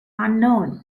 unknown